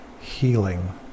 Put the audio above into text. healing